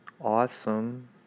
awesome